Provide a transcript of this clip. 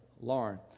Lauren